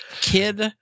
kid